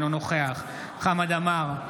אינו נוכח חמד עמאר,